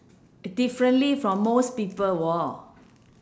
d~ differently from most people [wor]